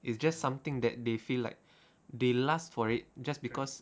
it's just something that they feel like they lust for it just because